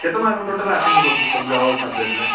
କେତେ ମାର୍କର total attend କରିଛୁ ସବୁଯାକ ଅଲ୍ ସଵଜେକ୍ଟରେ